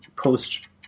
Post